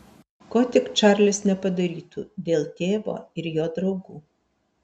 ko tik čarlis nepadarytų dėl tėvo ir jo draugų